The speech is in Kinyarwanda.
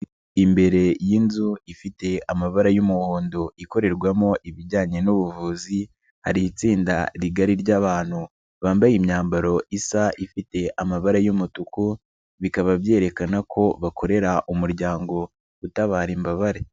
Imbere y'inzu ifite amabara y'umuhondo ikorerwamo ibijyanye n'ubuvuzi, hari itsinda rigari ry'abantu bambaye imyambaro isa ifite amabara y'umutuku, bikaba byerekana ko bakorera umuryango utabara imbabare.